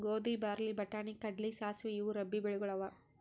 ಗೋಧಿ, ಬಾರ್ಲಿ, ಬಟಾಣಿ, ಕಡ್ಲಿ, ಸಾಸ್ವಿ ಇವು ರಬ್ಬೀ ಬೆಳಿಗೊಳ್ ಅವಾ